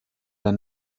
der